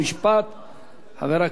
חבר הכנסת דוד רותם.